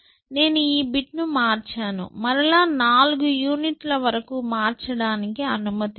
నేను ఈ బిట్ మార్చాను మరల నాలుగు యూనిట్ల వరకు మార్చడానికి అనుమతి లేదు